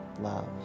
love